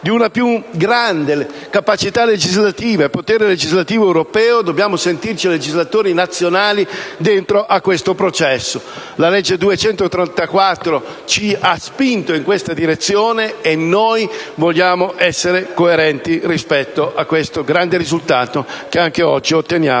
di un più grande potere legislativo europeo, dobbiamo sentirci legislatori nazionali all'interno di questo processo. La legge n. 234 ci ha spinto in questa direzione e noi vogliamo essere coerenti rispetto a questo grande risultato che oggi otteniamo